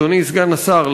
אדוני סגן השר,